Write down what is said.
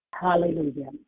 Hallelujah